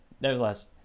Nevertheless